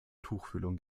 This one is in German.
tuchfühlung